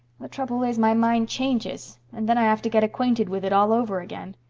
the trouble is, my mind changes and then i have to get acquainted with it all over again.